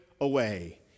away